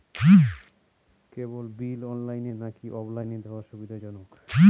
কেবল bill অনলাইনে নাকি অফলাইনে দেওয়া সুবিধাজনক?